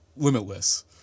limitless